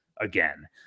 again